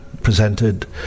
presented